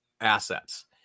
assets